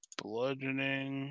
bludgeoning